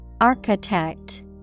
Architect